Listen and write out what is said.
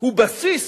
הוא בסיס.